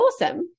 awesome